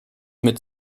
mit